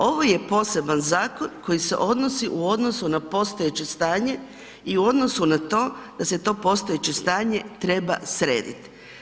Ovo je poseban zakon koji se odnosi u odnosu na postojeće stanje i u odnosu na to, da se to postojeće stanje treba srediti.